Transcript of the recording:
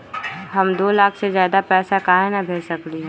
हम दो लाख से ज्यादा पैसा काहे न भेज सकली ह?